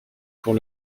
pour